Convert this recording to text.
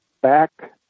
back